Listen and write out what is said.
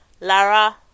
lara